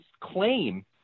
claim